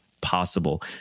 possible